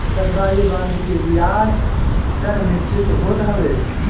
सरकारी बांड के बियाज दर निश्चित होत हवे